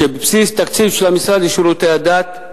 שבבסיס תקציב של המשרד לשירותי הדת,